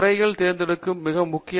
துறைகள் தேர்ந்தெடுக்கும் மிக முக்கியம்